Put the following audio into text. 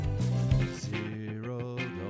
zero